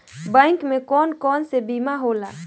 Bank में कौन कौन से बीमा होला?